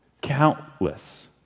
Countless